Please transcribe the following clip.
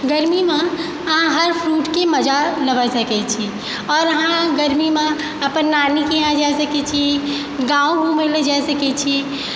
गर्मीमे अहाँ हर फ्रूटके मजा लऽ सकैत छी आओर अहाँ गर्मीमे अपन नानीके यहाँ जा सकैत छी गाँव घुमयलऽ जा सकैत छी